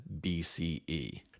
BCE